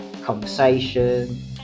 conversation